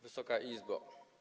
Wysoka Izbo!